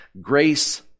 grace